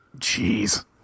Jeez